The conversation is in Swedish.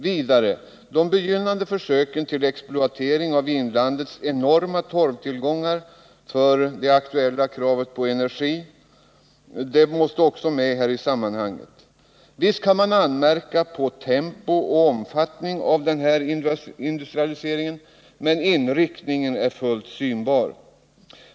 Vidare måste man ta med i sammanhanget de begynnande försöken till exploatering av inlandets enorma torvtillgångar för att möta det aktuella behovet av nya energikällor. Visst kan man anmärka på tempot och omfattningen när det gäller denna industrialisering, men inriktningen är fullt synbar.